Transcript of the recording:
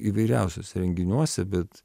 įvairiausiuose renginiuose bet